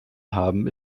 haben